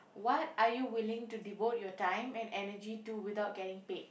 what are you willing to devote your time and energy to without getting paid